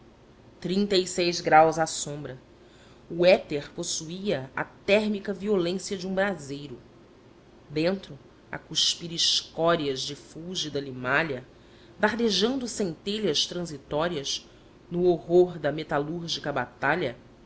trinta e seis graus à sombra o éter possuía a térmica violência de um braseiro dentro a cuspir escórias de fúlgida limalha dardejando centelhas transitórias no horror da metalúrgica batalha